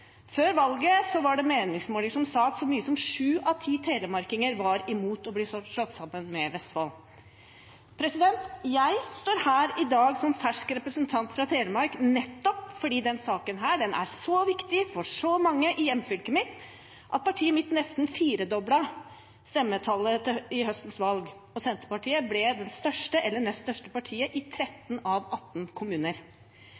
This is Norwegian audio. Før valget var det meningsmålinger som sa at så mange som sju av ti telemarkinger var imot å bli slått sammen med Vestfold. Jeg står her i dag som fersk representant fra Telemark nettopp fordi denne saken er så viktig for så mange i hjemfylket mitt at partiet mitt nesten firedoblet stemmetallet ved høstens valg. Senterpartiet ble det største eller nest største partiet i